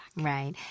Right